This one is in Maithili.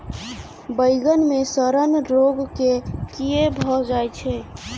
बइगन मे सड़न रोग केँ कीए भऽ जाय छै?